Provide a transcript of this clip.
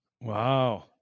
Wow